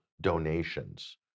donations